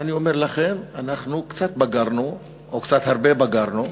ואני אומר לכם, אנחנו קצת הרבה בגרנו.